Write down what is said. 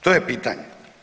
To je pitanje.